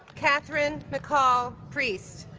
katherine mccaul priest